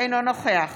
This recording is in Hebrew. אינו נוכח